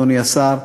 אדוני השר,